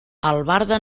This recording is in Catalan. albarda